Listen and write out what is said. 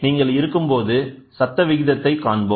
நீங்கள் இருக்கும்போது சத்த விகிதத்தை காண்போம்